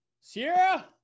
sierra